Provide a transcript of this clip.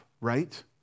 right